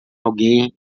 alguém